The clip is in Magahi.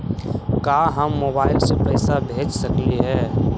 का हम मोबाईल से पैसा भेज सकली हे?